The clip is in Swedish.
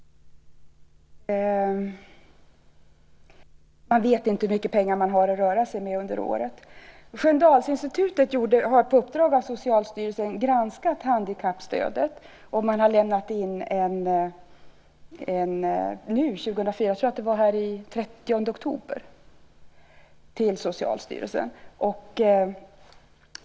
Man vet inte hur mycket pengar man har att röra sig med under året. Sköndalsinstitutet har på uppdrag av Socialstyrelsen granskat handikappstödet. Den 30 september - tror jag att det var - lämnade man in det hela till Socialstyrelsen.